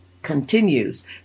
continues